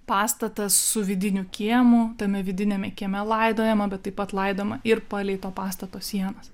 pastatas su vidiniu kiemu tame vidiniame kieme laidojama bet taip pat laidoma ir palei to pastato sienas